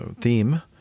theme